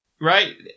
Right